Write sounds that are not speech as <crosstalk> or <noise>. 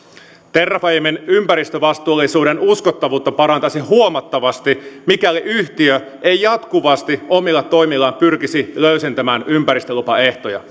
terrafamen ympäristövastuullisuuden uskottavuutta parantaisi huomattavasti mikäli yhtiö ei jatkuvasti omilla toimillaan pyrkisi löysentämään ympäristölupaehtoja <unintelligible>